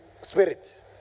spirit